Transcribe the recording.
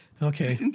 Okay